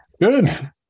Good